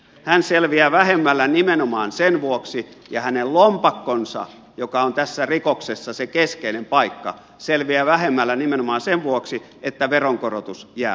hän selviää vähemmällä nimenomaan sen vuoksi ja hänen lompakkonsa joka on tässä rikoksessa se keskeinen paikka selviää vähemmällä nimenomaan sen vuoksi että veronkorotus jää pois